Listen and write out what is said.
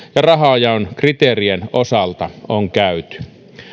rahanjaon kriteerien osalta on käyty